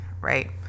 right